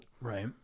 Right